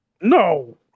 No